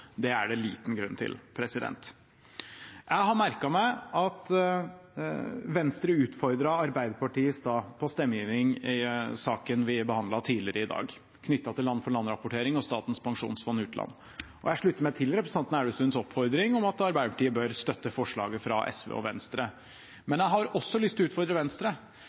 Det er det liten grunn til. Jeg har merket meg at Venstre utfordret Arbeiderpartiet i stad på stemmegivning i saken vi behandlet tidligere i dag, knyttet til land-for-land-rapportering og Statens pensjonsfond utland. Jeg slutter meg til representanten Elvestuens oppfordring om at Arbeiderpartiet bør støtte forslaget fra SV og Venstre. Men jeg har også lyst til å utfordre Venstre,